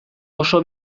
oso